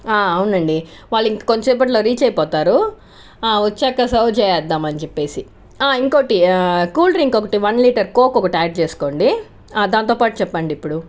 అవునండి వాళ్ళు ఇంకా కొంచెం సేపటిలో రీచ్ అయిపోతారు వచ్చాక సర్వ్ చేసేద్దామని చెప్పేసి ఇంకోటి కూల్ డ్రింక్ ఒకటి వన్ లీటర్ కోక్ ఒకటి యాడ్ చేసుకోండి దాంతోపాటు చెప్పండి ఇప్పుడు